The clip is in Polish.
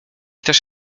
też